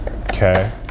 okay